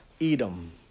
Edom